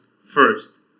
first